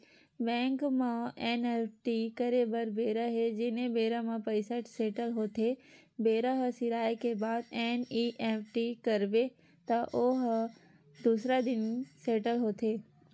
bank म NEFT करे बर बेरा हे जेने बेरा म पइसा सेटल होथे बेरा ह सिराए के बाद एन.ई.एफ.टी करबे त ओ ह दूसर दिन सेटल होथे